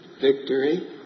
victory